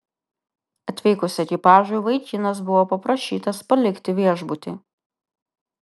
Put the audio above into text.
atvykus ekipažui vaikinas buvo paprašytas palikti viešbutį